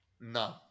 No